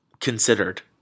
considered